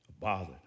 bothered